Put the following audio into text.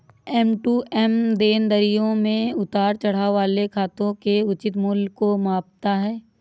M to M देनदारियों में उतार चढ़ाव वाले खातों के उचित मूल्य को मापता है